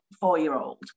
four-year-old